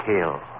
Kill